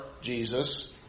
Jesus